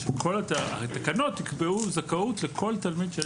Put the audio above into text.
התקנות יקבעו זכאות לכל תלמיד.